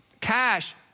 cash